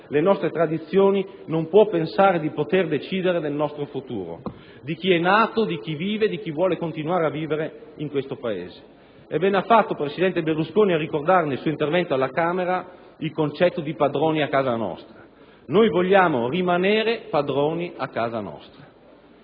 le nostre tradizioni non può pensare di poter decidere del nostro futuro, del futuro di chi è nato, vive e vuole continuare a vivere in questo Paese. E bene ha fatto il presidente Berlusconi a ricordare, nel suo intervento alla Camera, il concetto di padroni a casa nostra. Noi vogliamo rimanere padroni a casa nostra.